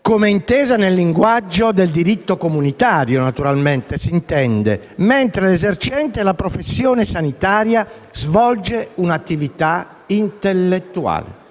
come intesa nel linguaggio del diritto comunitario, mentre l'esercente la professione sanitaria svolge un'attività intellettuale.